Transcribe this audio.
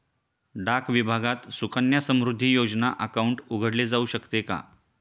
डाक विभागात सुकन्या समृद्धी योजना अकाउंट उघडले जाऊ शकते का?